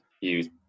use